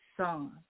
son